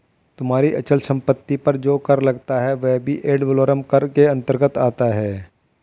तुम्हारी अचल संपत्ति पर जो कर लगता है वह भी एड वलोरम कर के अंतर्गत आता है